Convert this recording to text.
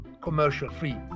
commercial-free